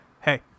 hey